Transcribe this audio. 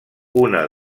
una